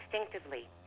instinctively